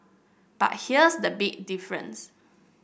but here's the big difference